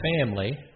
family